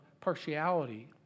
partiality